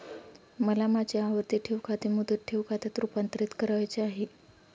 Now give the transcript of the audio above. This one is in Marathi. मला माझे आवर्ती ठेव खाते मुदत ठेव खात्यात रुपांतरीत करावयाचे आहे